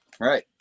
Right